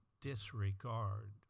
disregard